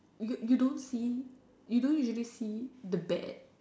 you you don't see you don't really see the bad